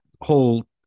whole